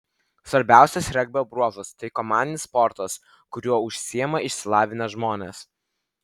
svarbiausias regbio bruožas tai komandinis sportas kuriuo užsiima išsilavinę žmonės